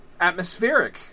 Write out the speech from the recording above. atmospheric